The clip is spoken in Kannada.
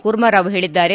ಕೂರ್ಮರಾವ್ ಹೇಳಿದ್ದಾರೆ